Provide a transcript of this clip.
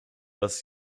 dass